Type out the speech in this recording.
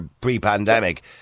pre-pandemic